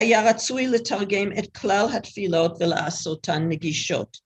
‫היה רצוי לתרגם את כלל התפילות ‫ולעשותן נגישות.